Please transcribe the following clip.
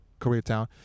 Koreatown